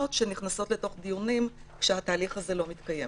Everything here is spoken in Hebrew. שנכנסות לתוך דיונים כשהתהליך הזה לא מתקיים.